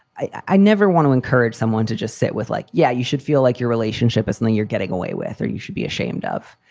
i never want to encourage someone to just sit with, like, yeah, you should feel like your relationship is something you're getting away with or you should be ashamed of.